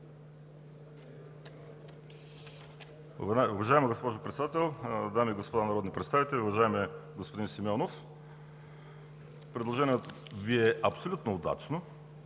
Уважаема госпожо Председател, дами и господа народни представители! Уважаеми господин Симеонов, предложението Ви е абсолютно удачно,